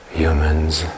humans